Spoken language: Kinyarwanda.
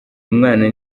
umwana